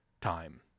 time